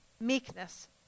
meekness